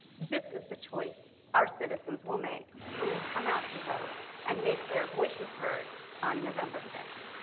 this is the choice our citizens will make when they come out to vote and make their voices heard on november fifth.